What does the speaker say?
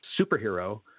superhero